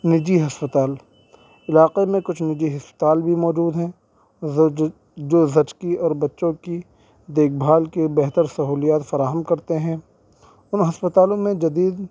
نجی ہسپتال علاقے میں کچھ نجی ہسپتال بھی موجود ہیں جو زچگی اور بچوں کی دیکھ بھال کی بہتر سہولیات فراہم کرتے ہیں ان ہسپتالوں میں جدید